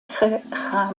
cham